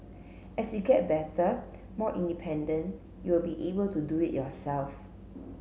as you get better more independent you will be able to do it yourself